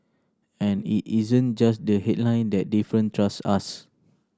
and it isn't just the headline that different trust us